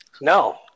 No